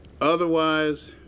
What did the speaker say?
Otherwise